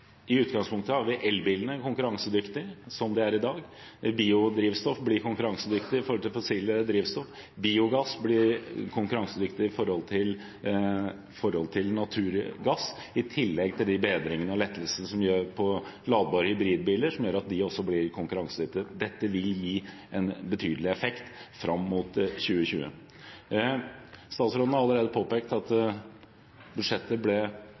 i dag – biodrivstoff blir konkurransedyktig i forhold til fossilt drivstoff, biogass blir konkurransedyktig i forhold til naturgass, i tillegg til bedringene og lettelsene som gjelder ladbare hybridbiler, som gjør at de også blir konkurransedyktige. Dette vil gi en betydelig effekt fram mot 2020. Statsråden har allerede påpekt at budsjettet ble